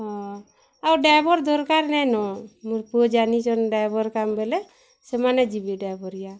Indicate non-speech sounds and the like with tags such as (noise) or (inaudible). ଆଉ ଡ଼୍ରାଇଭର୍ ଦରକାର୍ ନାଇନ ମୋର୍ ପୁଅ ଜାନିଚନ୍ ଡ଼୍ରାଇଭର୍ କାମ୍ ବୋଲେ ସେମାନେ ଯିବେ ଡ଼୍ରାଇଭର୍ (unintelligible)